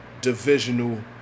Divisional